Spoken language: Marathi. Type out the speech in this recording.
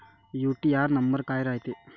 यू.टी.आर नंबर काय रायते?